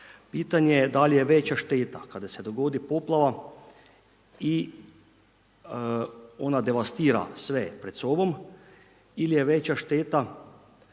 Pitanje je da li je veća šteta kada se dogodi poplava i ona devastira sve pred sobom ili je veća šteta